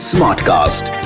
Smartcast